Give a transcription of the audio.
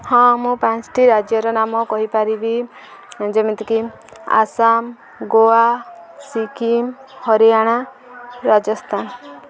ହଁ ମୁଁ ପାଞ୍ଚ୍ ଟି ରାଜ୍ୟର ନାମ କହିପାରିବି ଯେମିତିକି ଆସାମ ଗୋଆ ସିକିମ ହରିୟାଣା ରାଜସ୍ଥାନ